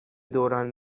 دوران